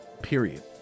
Period